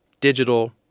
digital